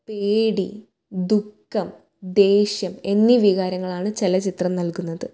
പേടി ദുഃഖം ദേഷ്യം എന്നീ വികാരങ്ങളാണ് ചില ചിത്രങ്ങൾ നൾകുന്നത്